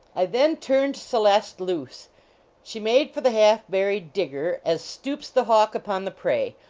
i then turned celeste loose she made for the half buried digger, as stoops the hawk upon the prey,